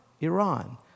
Iran